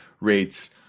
rates